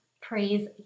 Praise